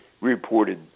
reported